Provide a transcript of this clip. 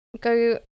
go